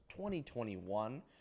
2021